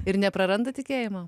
ir nepraranda tikėjimo